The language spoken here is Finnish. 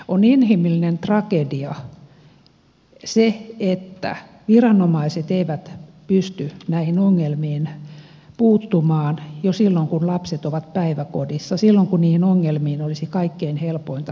on inhimillinen tragedia että viranomaiset eivät pysty näihin ongelmiin puuttumaan jo silloin kun lapset ovat päiväkodissa silloin kun niihin ongelmiin olisi kaikkein helpointa puuttua